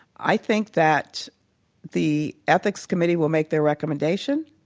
i think that the ethics committee will make their recommendation.